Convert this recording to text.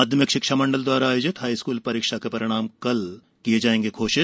माध्यमिक शिक्षा मंडल द्वारा आयोजित हॉई स्कूल परीक्षा के परिणाम कल किये जाएंगे घोषित